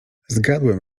zgadłem